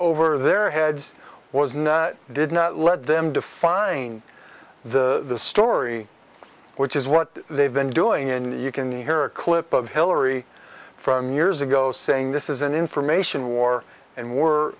over their heads was no i didn't let them define the story which is what they've been doing in you can hear a clip of hillary from years ago saying this is an information war and we're